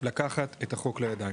לקחת את החוק לידיים.